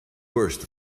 worst